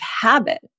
habit